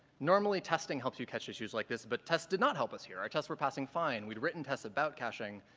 normally testing helps you catch issues like this but tests did not help us here. our tests were passing fine. we'd written tests about caching,